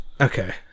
Okay